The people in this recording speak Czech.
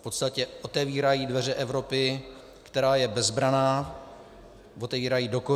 V podstatě otevírají dveře Evropy, která je bezbranná, otevírají dokořán.